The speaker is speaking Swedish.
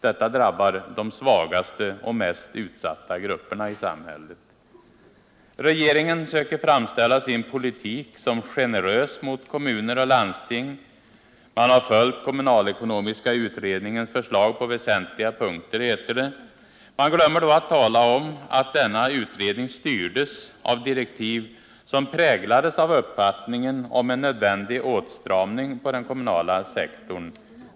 Detta drabbar de svagaste och mest utsatta grupperna i samhället. Regeringen söker framställa sin politik som generös mot kommuner och landsting. Man har följt kommunalekonomiska utredningens förslag på väsentliga punkter, heter det. Man glömmer då att tala om att denna utredning styrdes av direktiv som präglades av uppfattningen om en nödvändig åtstramning på den kommunala sektorn.